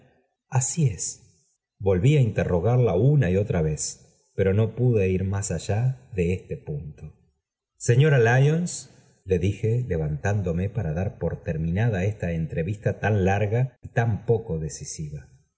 así es volví á interrogarla una vez y otra vez pero no pude ir más allá de este punto señora lyons le dijo levantándome para dar por terminada esta entrevista ton larga y tan ñoco decisiva